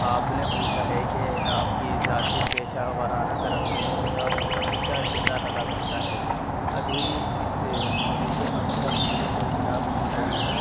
آپ نے پوچھا ہے کہ آپ کی ذاتی پیشہ وارانہ ترقی میں کتاب پڑھانا کیا کردار ادا کرتا ہے ابھی اس موضوع پہ اب تک ہم نے کوئی کتاب نہیں پڑھی ہے